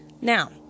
Now